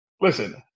Listen